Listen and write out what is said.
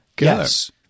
Yes